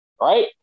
right